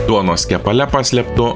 duonos kepale paslėptu